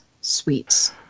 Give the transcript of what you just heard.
sweets